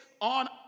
on